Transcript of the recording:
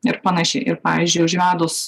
ir panašiai ir pavyzdžiui užvedus